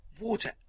water